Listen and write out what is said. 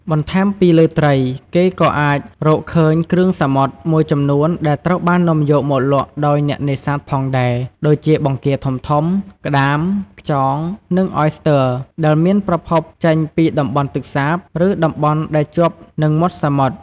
បន្ថែមពីលើត្រី គេក៏អាចរកឃើញ គ្រឿងសមុទ្រ មួយចំនួនដែលត្រូវបាននាំយកមកលក់ដោយអ្នកនេសាទផងដែរ ដូចជាបង្គាធំៗ ក្ដាម ខ្យង និងអយស្ទ័រ ដែលមានប្រភពចេញពីតំបន់ទឹកសាប ឬតំបន់ដែលជាប់នឹងមាត់សមុទ្រ។